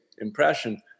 impression